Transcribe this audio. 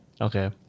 okay